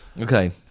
Okay